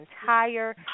entire